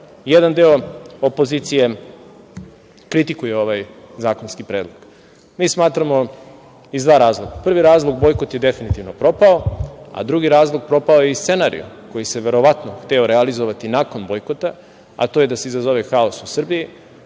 jedan deo opozicije kritikuje ovaj zakonski predlog? Mi smatramo da je to iz dva razloga. Prvi razlog – bojkot – je definitivno propao. Drugi razlog – propao je i scenario koji se verovatno hteo realizovati nakon bojkota, a to je da se izazove haos u Srbiji,